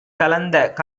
கலந்த